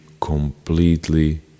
completely